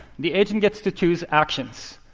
the agent gets to choose actions.